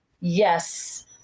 yes